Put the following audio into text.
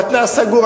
המתנ"ס סגור,